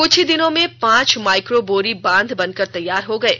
कुछ ही दिनों में पांच माइक्रो बोरी बांध बनकर तैयर हो गये